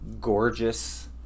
gorgeous